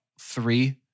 three